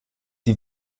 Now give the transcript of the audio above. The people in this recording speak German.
die